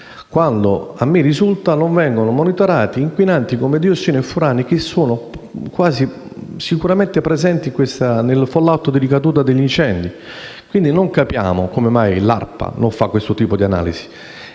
quando a me risulta che non vengono monitorati inquinanti come diossine e furani, che sono quasi sicuramente presenti nel *fallout* di ricaduta degli incendi. Non capiamo, dunque, perché l'ARPA non faccia questo tipo di analisi,